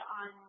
on